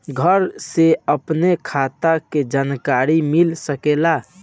घर से अपनी खाता के जानकारी मिल सकेला?